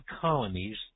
colonies